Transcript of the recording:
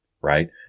right